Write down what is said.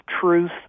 truth